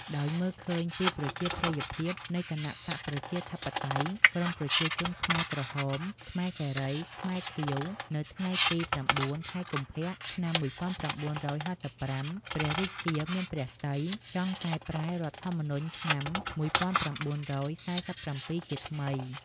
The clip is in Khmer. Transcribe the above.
ដោយមើលឃើញពីប្រជាប្រិយភាពនៃគណបក្សប្រជាធិបតេយ្យ ក្រុមប្រជាជនខ្មែរក្រហម ខ្មែរសេរី ខ្មែរខៀវ នៅថ្ងៃទី ១៩ ខែកុម្ភៈ ឆ្នាំ ១៩៥៥ ព្រះរាជាមានព្រះទ័យចង់កែប្រែរដ្ឋធម្មនុញ្ញឆ្នាំ ១៩៤៧ ជាថ្មី។